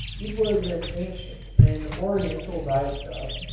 it was an ancient and oriental dyestuff,